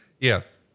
Yes